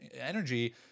energy